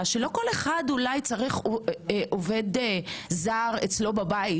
שלא כל אחד אולי צריך עובד זר אצלו בבית,